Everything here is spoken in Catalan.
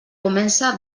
comença